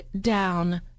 down